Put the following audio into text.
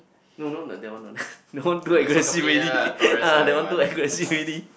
no no no like that one lah that one too aggressive already ah that one too aggressive already